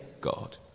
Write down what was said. God